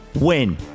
Win